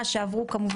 קליני.